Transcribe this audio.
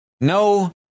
no